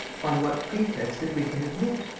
on what pretext that we can admit?